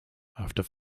after